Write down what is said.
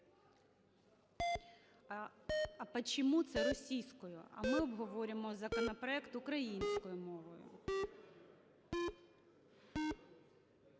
А "почему" – це російською, а ми обговорюємо законопроект українською мовою.